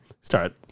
start